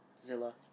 Zilla